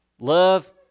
Love